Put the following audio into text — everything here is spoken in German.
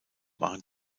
waren